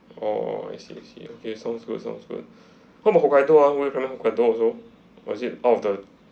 oh I see I see okay sounds good sounds good how about hokkaido ah where is hokkaido ah or is it out of the